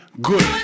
good